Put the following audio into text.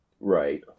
Right